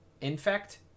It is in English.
Infect